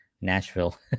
Nashville